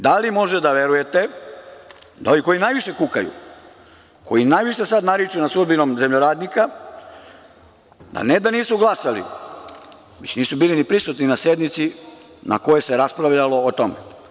Da li možete da verujete da ovi koji najviše kukaju, koji najviše sada nariču nad sudbinom zemljoradnika da ne da nisu glasali, već nisu bili ni prisutni na sednici na kojoj se raspravljalo o tome?